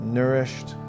nourished